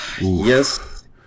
Yes